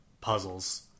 puzzles